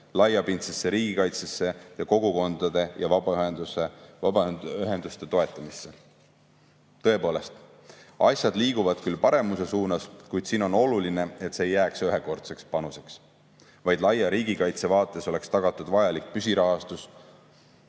laiapindsesse riigikaitsesse ja kogukondade ja vabaühenduste toetamisse. Tõepoolest, asjad liiguvad küll paremuse suunas, kuid on oluline, et see ei jääks ühekordseks panuseks, vaid laia riigikaitse vaates oleks tagatud vajalik püsirahastus.